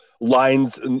lines